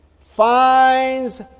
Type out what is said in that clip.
finds